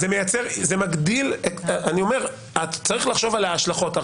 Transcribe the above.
אתה צריך לחשוב על ההשלכות.